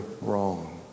wrong